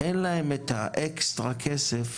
אין להן את האקסטרה כסף